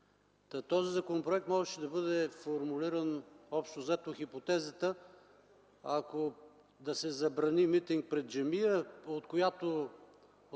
Този законопроект можеше да бъде формулиран общо взето в хипотезата да се забрани митинг пред джамия, от чиито